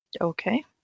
Okay